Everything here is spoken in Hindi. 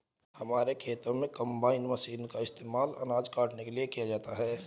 हमारे खेतों में कंबाइन मशीन का इस्तेमाल अनाज काटने के लिए किया जाता है